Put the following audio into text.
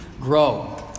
grow